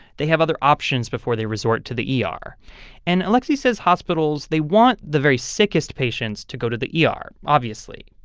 they have other options before they resort to the yeah ah er. and alexei says hospitals they want the very sickest patients to go to the yeah ah er, obviously.